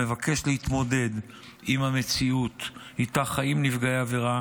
ומבקש להתמודד עם המציאות שאיתה חיים נפגעי עבירה